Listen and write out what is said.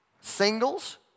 Singles